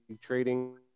trading